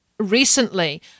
Recently